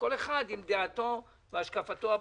כל אחד עם דעתו והשקפתו הפוליטית.